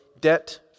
debt